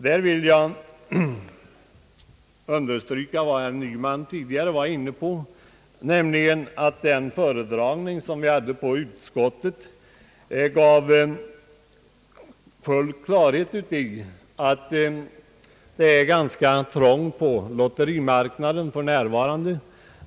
Där vill jag understryka vad herr Nyman tidigare var inne på, nämligen att den föredragning som vi hade i utskottet gav full klarhet i att det är ganska trångt på lotterimarknaden för närvarande.